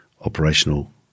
operational